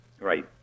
Right